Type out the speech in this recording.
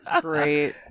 Great